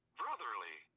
brotherly